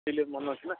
ସେଇଲାଗି ମାନେ ଅଛି ନା